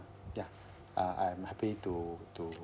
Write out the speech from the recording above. ya uh I am happy to to